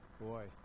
Boy